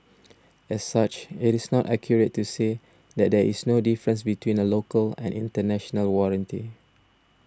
as such it is not accurate to say that there is no difference between a local and international warranty